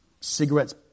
cigarettes